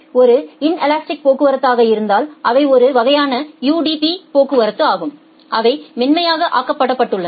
ஒரு இன்லஸ்ட்டிக் போக்குவரத்து ஆக இருந்தால் அவை ஒரு வகையான யுடிபி போக்குவரத்து ஆகும் அவை மென்மையாக ஆக்கப்பட்டுள்ளன